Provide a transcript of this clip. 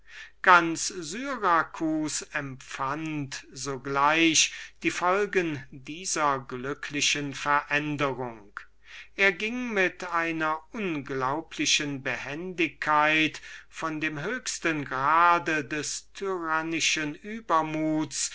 ganz syracus empfand sogleich die würkungen dieser glücklichen veränderung er ging mit einer unglaublichen behendigkeit von dem höchsten grade des tyrannischen übermuts